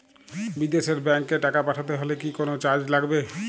বিদেশের ব্যাংক এ টাকা পাঠাতে হলে কি কোনো চার্জ লাগবে?